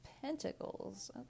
pentacles